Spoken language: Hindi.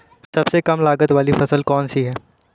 सबसे कम लागत वाली फसल कौन सी है?